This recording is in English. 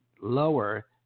lower